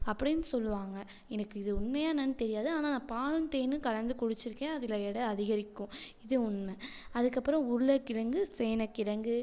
அப்படின்னு சொல்லுவாங்கள் எனக்கு இது உண்மையா என்னன்னு தெரியாது ஆனால் நான் பாலும் தேனும் கலந்து குடிச்சிருக்கேன் அதில் எடை அதிகரிக்கும் இது உண்மை அதுக்கப்புறம் உருளக்கிழங்கு சேனக்கிழங்கு